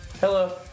Hello